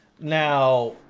Now